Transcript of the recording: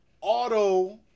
auto